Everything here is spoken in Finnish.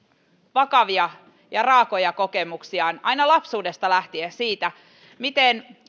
vakavia ja raakoja kokemuksiaan aina lapsuudesta lähtien siitä miten